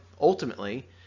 ultimately